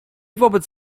wobec